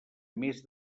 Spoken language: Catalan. més